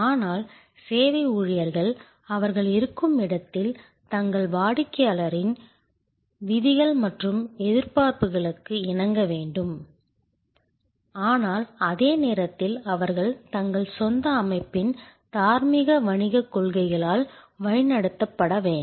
ஆனால் சேவை ஊழியர்கள் அவர்கள் இருக்கும் இடத்தில் தங்கள் வாடிக்கையாளரின் விதிகள் மற்றும் எதிர்பார்ப்புகளுக்கு இணங்க வேண்டும் ஆனால் அதே நேரத்தில் அவர்கள் தங்கள் சொந்த அமைப்பின் தார்மீக வணிகக் கொள்கைகளால் வழிநடத்தப்பட வேண்டும்